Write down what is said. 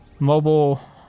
mobile